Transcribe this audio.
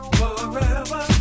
forever